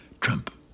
Trump